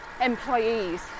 employees